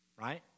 right